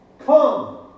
Come